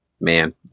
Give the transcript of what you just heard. man